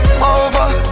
over